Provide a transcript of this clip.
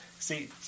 See